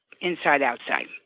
inside-outside